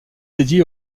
dédié